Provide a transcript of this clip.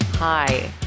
Hi